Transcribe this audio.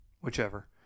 Whichever